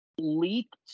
leaked